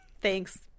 Thanks